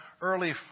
early